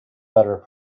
better